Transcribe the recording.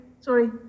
sorry